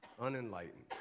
unenlightened